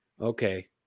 okay